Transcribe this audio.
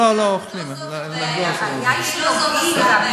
אדוני השר, לא זאת הבעיה.